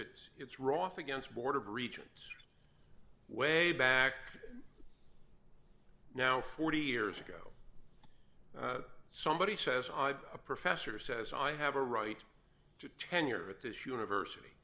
is it's roff against board of regents way back now forty years ago somebody says i'm a professor says i have a right to tenure at this university